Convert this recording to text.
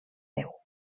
déu